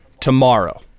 tomorrow